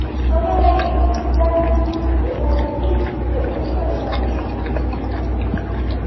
तपाईँलाई ट्राभेलिङ अब यता आएपछि तपाईँहरू कता कता जान चाहनुहुन्छ त्यो पनि भन् भन् भनिदिनुहोस्